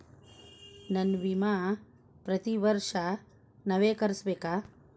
ನನ್ನ ವಿಮಾ ಪ್ರತಿ ವರ್ಷಾ ನವೇಕರಿಸಬೇಕಾ?